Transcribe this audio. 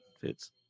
fits